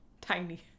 Tiny